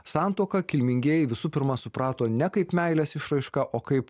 santuoką kilmingieji visų pirma suprato ne kaip meilės išraišką o kaip